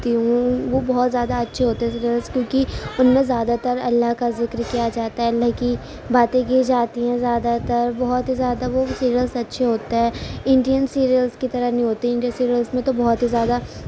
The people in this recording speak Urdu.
ہوں وہ بہت زیادہ اچھے ہوتے ہیں سیریلس کیوں کہ ان میں زیادہ تر اللہ کا ذکر کیا جاتا ہے اللہ کی باتیں کی جاتی ہیں زیادہ تر بہت زیادہ وہ سیریلس اچھے ہوتا ہے انڈین سیریلس کی طرح نہیں ہوتی انڈین سیریلس میں تو بہت زیادہ